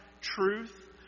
truth